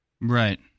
Right